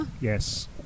Yes